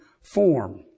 form